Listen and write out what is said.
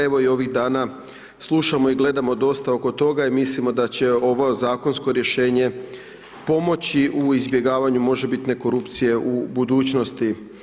Evo, i ovih dana slušamo i gledamo dosta oko toga i mislimo da će ovo zakonsko rješenje pomoći u izbjegavanju možebitne korupcije u budućnosti.